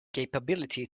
capability